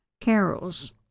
carols